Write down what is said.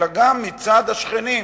אלא גם מצד השכנים,